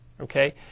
okay